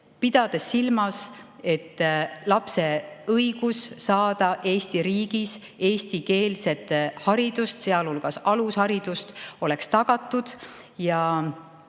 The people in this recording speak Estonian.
pidades silmas, et lapse õigus saada Eesti riigis eestikeelset haridust, sealhulgas alusharidust, oleks tagatud.